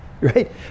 right